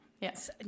Yes